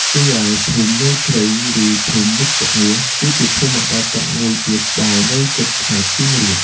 រីឯភូមិមេជ្រៃ ឬភូមិមេជ្ឈមាស គឺជាភូមិបណ្តែតទឹកមួយទៀតដែលនៅជិតខេត្តសៀមរាប។